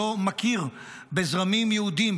מי שלא מכיר בזרמים יהודיים,